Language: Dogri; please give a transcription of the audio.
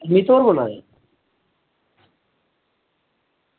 अजीत होर बोला दे